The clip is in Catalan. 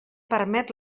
permet